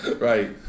Right